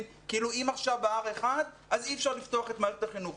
כאילו אם עכשיו --- אז אי אפשר לפתוח את מערכת החינוך.